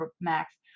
max